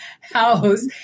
house